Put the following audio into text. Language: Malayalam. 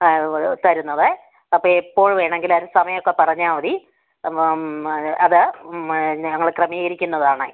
തരുന്നത് അപ്പോള് എപ്പോൾ വേണമെങ്കിലും അതിൻ്റെ സമയമൊക്കെ പറഞ്ഞാല്മതി അത് ഞങ്ങള് ക്രമീകരിക്കുന്നതാണ്